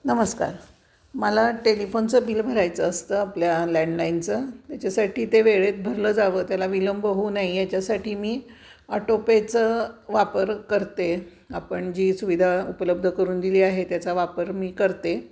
नमस्कार मला टेलिफोनचं बिल भरायचं असतं आपल्या लँडलाईनचं त्याच्यासाठी ते वेळेत भरलं जावं त्याला विलंब होऊ नाही याच्यासाठी मी ऑटोपेचं वापर करते आपण जी सुविधा उपलब्ध करून दिली आहे त्याचा वापर मी करते